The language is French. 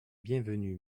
bienvenu